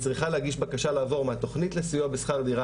צריכה להגיש בקשה לעבור מהתוכנית לסיוע בשכר דירה,